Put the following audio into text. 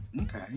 okay